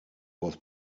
was